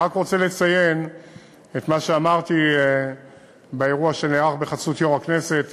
אני רק רוצה לציין את מה שאמרתי באירוע שנערך בחסות יושב-ראש הכנסת,